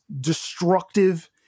destructive